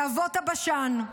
להבות הבשן,